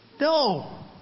No